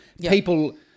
people